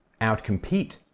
outcompete